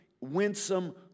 winsome